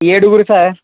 ఏడుగురు సార్